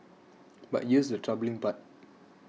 but there's the troubling part